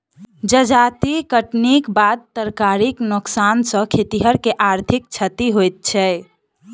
जजाति कटनीक बाद तरकारीक नोकसान सॅ खेतिहर के आर्थिक क्षति होइत छै